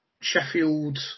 Sheffield